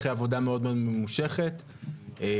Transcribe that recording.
אחרי עבודה ממושכת מאוד